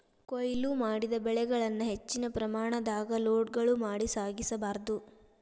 ಕೋಯ್ಲು ಮಾಡಿದ ಬೆಳೆಗಳನ್ನ ಹೆಚ್ಚಿನ ಪ್ರಮಾಣದಾಗ ಲೋಡ್ಗಳು ಮಾಡಿ ಸಾಗಿಸ ಬಾರ್ದು